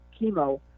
chemo